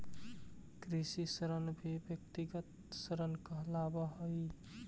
कृषि ऋण भी व्यक्तिगत ऋण कहलावऽ हई